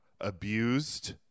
abused